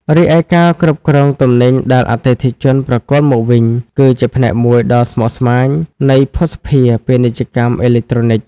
រីឯការគ្រប់គ្រងទំនិញដែលអតិថិជនប្រគល់មកវិញ គឺជាផ្នែកមួយដ៏ស្មុគស្មាញនៃភស្តុភារ ពាណិជ្ជកម្មអេឡិចត្រូនិក។